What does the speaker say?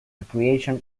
recreation